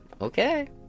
okay